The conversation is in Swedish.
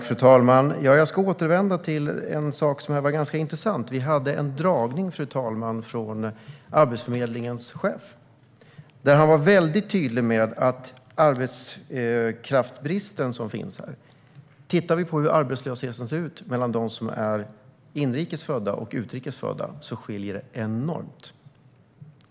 Fru talman! Jag ska återvända till en sak som är ganska intressant. Vi fick en föredragning av Arbetsförmedlingens chef. Han var mycket tydlig med den arbetskraftsbrist som finns. Om vi tittar på hur arbetslösheten ser ut för inrikes födda och utrikes födda skiljer det enormt mycket.